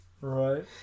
Right